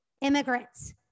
immigrants